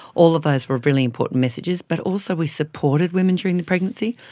all of those were really important messages. but also we supported women during the pregnancy.